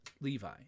Levi